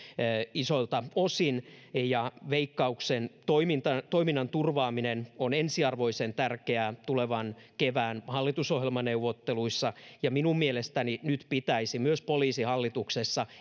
isoilta osin veikkauksen toiminnan toiminnan turvaaminen on ensiarvoisen tärkeää tulevan kevään hallitusohjelmaneuvotteluissa ja minun mielestäni nyt pitäisi myös poliisihallituksessa